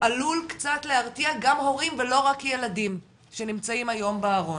עלול קצת להרתיע גם הורים ולא רק ילדים שנמצאים היום בארון,